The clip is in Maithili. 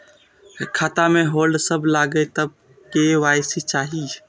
खाता में होल्ड सब लगे तब के.वाई.सी चाहि?